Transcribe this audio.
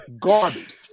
Garbage